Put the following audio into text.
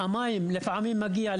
המים לפעמים מגיע,